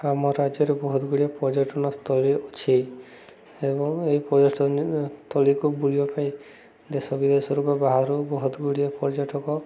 ଆମ ରାଜ୍ୟରେ ବହୁତ ଗୁଡ଼ିଏ ପର୍ଯ୍ୟଟନସ୍ଥଳୀ ଅଛି ଏବଂ ଏହି ପର୍ଯ୍ୟଟନ ସ୍ଥଳୀକୁ ବୁଲିବା ପାଇଁ ଦେଶ ବିଦେଶରୁ ବା ବାହାରୁ ବହୁତ ଗୁଡ଼ିଏ ପର୍ଯ୍ୟଟକ